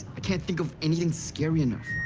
i can't think of anything scary enough.